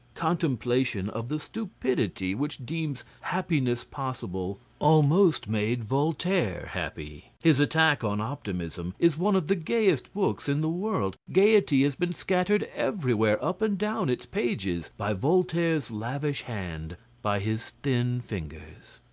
contemplation of the stupidity which deems happiness possible almost made voltaire happy. his attack on optimism is one of the gayest books in the world. gaiety has been scattered everywhere up and down its pages by voltaire's lavish hand, by his thin fingers.